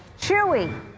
Chewy